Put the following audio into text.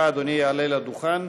להוביל אותנו,